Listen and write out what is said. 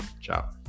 Ciao